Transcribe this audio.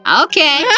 Okay